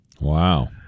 Wow